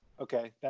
Okay